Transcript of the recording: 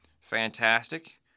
fantastic